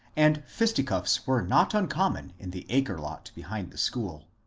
and fisticuffs were not uncommon in the acre lot behind the school.